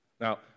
Now